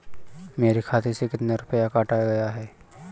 मेरे खाते से कितना रुपया काटा गया है?